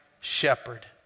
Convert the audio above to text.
shepherd